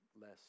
less